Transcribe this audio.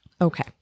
Okay